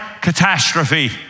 catastrophe